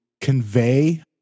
convey